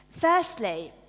Firstly